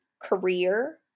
career